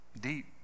deep